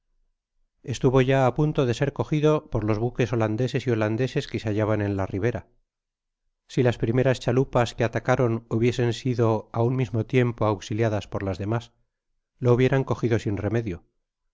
estuvo ya punto de ser cogido por los buques ingleses y holande ses que se hallaban en la ribera si las primeras chalupas que atacaron hubiesen sido i un mismo tiempo auxiliadas por las demas lo hubieran cogido sin remedio